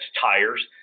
tires